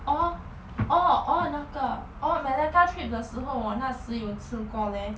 orh orh orh 那个 orh malacca trip 的时候我那时有吃过 leh